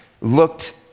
looked